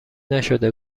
نشده